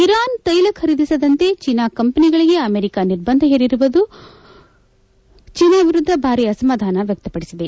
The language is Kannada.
ಇರಾನ್ ತ್ವೆಲ ಖರೀದಿಸದಂತೆ ಚೀನಾ ಕಂಪೆನಿಗಳಿಗೆ ಅಮೆರಿಕ ನಿರ್ಬಂಧ ಹೇರಿರುವುದರ ವಿರುದ್ದ ಚೀನಾ ಭಾರಿ ಅಸಮಧಾನ ವ್ಯಕ್ತಪದಿಸಿದೆ